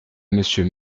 monsieur